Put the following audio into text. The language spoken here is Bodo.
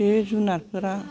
बे जुनारफोरा